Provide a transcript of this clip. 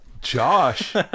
Josh